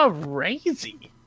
crazy